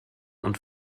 und